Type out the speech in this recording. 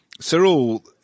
Cyril